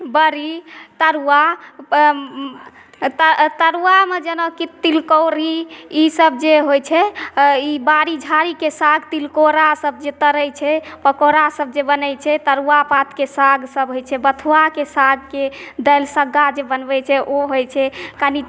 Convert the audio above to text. बड़ी तरुआ तरुआमे जेनाकि तिलकोरी ई सब जे होइ छै अँ ई बारी झारीके साग तिलकोरासब जे तरै छै पकोड़ासब जे बनै छै तरुआ पात सागके पात सब होइ छै बथुआ सागके दलिसग्गा जे बनबै छै ओ होइ छै